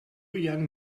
young